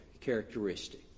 characteristic